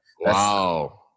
Wow